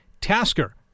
Tasker